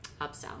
upsell